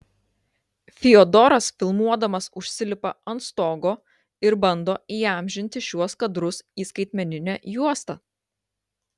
fiodoras filmuodamas užsilipa ant stogo ir bando įamžinti šiuos kadrus į skaitmeninę juostą